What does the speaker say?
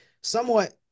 somewhat